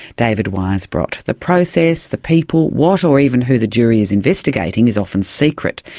david weisbrot. the process, the people, what or even who the jury is investigating is often secret.